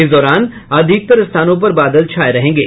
इस दौरान अधिकतर स्थानों पर बादल छाये रहेंगे